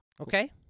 Okay